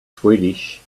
swedish